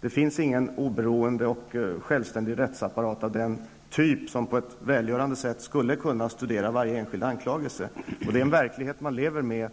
Det finns ingen oberoende och självständig rättsapparat av den typ som på ett välgörande sätt skulle kunna studera varje enskild anklagelse. Detta är en verklighet man lever med.